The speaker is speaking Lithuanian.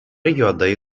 juodai